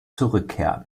zurückkehren